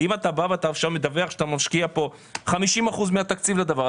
אם אתה מדוול שאתה משקיע 50% מהתקציב לזה,